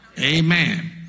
Amen